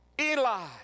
Eli